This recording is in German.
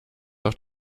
auf